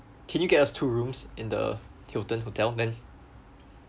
can you get us two rooms in the hilton hotel then